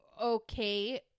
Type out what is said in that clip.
okay